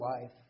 life